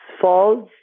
false